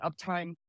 uptime